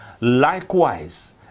likewise